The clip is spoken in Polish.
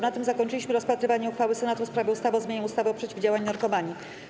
Na tym zakończyliśmy rozpatrywanie uchwały Senatu w sprawie ustawy o zmianie ustawy o przeciwdziałaniu narkomanii.